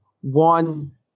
One